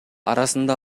арасында